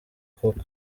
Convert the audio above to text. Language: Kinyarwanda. koko